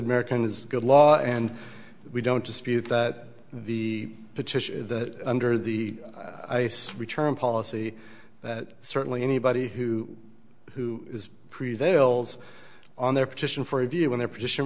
american is good law and we don't dispute that the petition that under the ice return policy that certainly anybody who who is prevails on their petition for review when their position